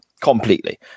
completely